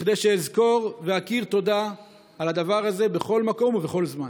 כדי שאזכור ואכיר תודה על הדבר הזה בכל מקום ובכל זמן.